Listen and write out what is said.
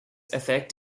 effect